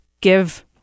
give